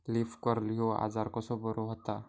Leaf curl ह्यो आजार कसो बरो व्हता?